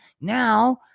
now